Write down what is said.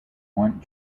want